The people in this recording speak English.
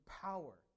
power